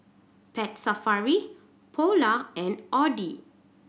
Pet Safari Polar and Audi